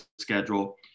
schedule